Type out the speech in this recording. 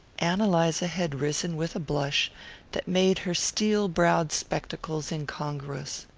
ann eliza had risen with a blush that made her steel-browed spectacles incongruous.